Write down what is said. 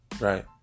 Right